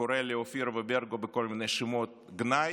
וקורא לאופירה וברקו בכל מיני שמות גנאי.